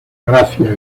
gracia